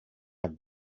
have